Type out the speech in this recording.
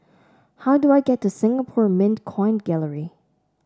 how do I get to Singapore Mint Coin Gallery